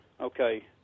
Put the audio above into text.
Okay